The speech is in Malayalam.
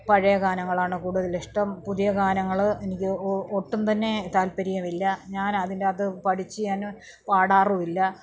പഴയ ഗാനങ്ങളാണ് കൂടുതലിഷ്ടം പുതിയ ഗാനങ്ങള് എനിക്ക് ഒട്ടും തന്നെ താല്പര്യം ഇല്ല ഞാനതിൻറ്റാത്ത് പഠിച്ച് ഞാന് പാടാറും ഇല്ല